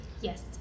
Yes